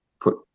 put